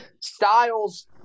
Styles